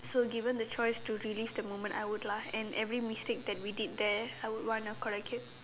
so given the choice to relieve the moment I would lah and every mistake that we did there I would want to correct it